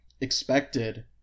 expected